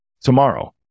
tomorrow